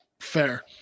fair